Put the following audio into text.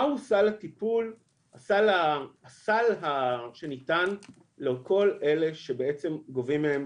מהו הסל שניתן לכל אלה שבעצם גובים מהם